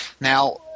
Now